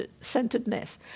centeredness